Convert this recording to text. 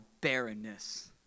barrenness